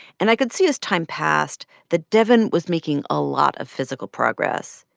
and i could see as time passed that devyn was making a lot of physical progress.